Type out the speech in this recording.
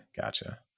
Gotcha